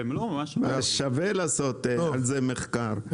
שווה לעשות על זה מחקר,